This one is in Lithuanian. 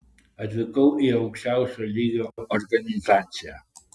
atvykau į aukščiausio lygio organizaciją